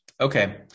Okay